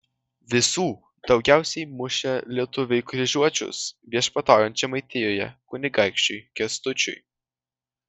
visų daugiausiai mušė lietuviai kryžiuočius viešpataujant žemaitijoje kunigaikščiui kęstučiui